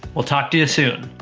we'll talk to you soon.